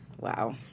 Wow